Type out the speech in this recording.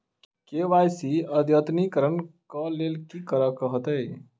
KYC अद्यतनीकरण कऽ लेल की करऽ कऽ हेतइ?